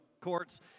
courts